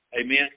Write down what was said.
Amen